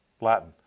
Latin